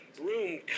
Room